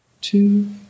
two